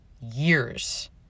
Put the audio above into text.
years